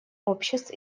обществ